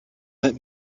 let